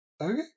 Okay